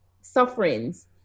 sufferings